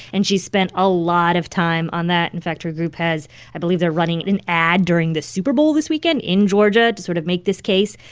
and she's spent a lot of time on that. in fact, her group has i believe they're running an ad during the super bowl this weekend in georgia to sort of make this case.